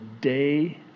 day